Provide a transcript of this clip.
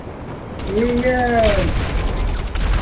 एह् इ'यै